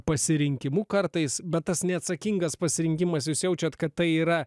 pasirinkimu kartais bet tas neatsakingas pasirinkimas jūs jaučiat kad tai yra